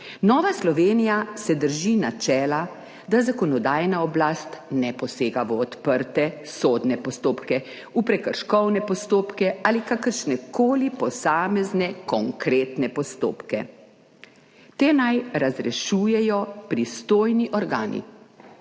Nova Slovenija se drži načela, da zakonodajna oblast ne posega v odprte sodne postopke, v prekrškovne postopke ali kakršnekoli posamezne konkretne postopke. Te naj razrešujejo pristojni organi,